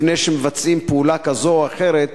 לפני שמבצעים פעולה כזאת או אחרת,